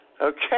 Okay